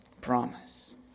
promise